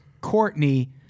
Courtney